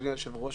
אדוני היושב-ראש,